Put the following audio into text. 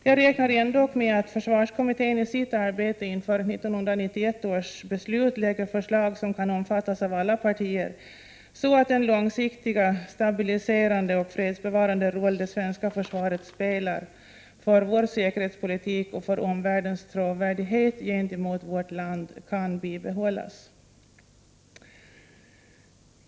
Jag räknar ändock med att försvarskommittén i sitt arbete inför 1991 års beslut lägger fram förslag som kan omfattas av alla partier, så att den långsiktiga stabiliserande och fredsbevarande roll det svenska försvaret spelar för vår säkerhetspolitik och för omvärldens trovärdighet gentemot vårt land kan bibehållas.